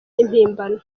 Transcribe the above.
impimbano